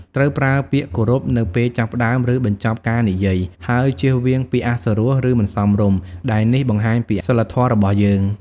ត្រូវប្រើពាក្យគោរពនៅពេលចាប់ផ្ដើម ឬបញ្ចប់ការនិយាយ ហើយជៀសវាងពាក្យអសុរោះ ឬមិនសមរម្យ ដែលនេះបង្ហាញពីសីលធម៌របស់យើង។